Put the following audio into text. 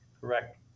Correct